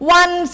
one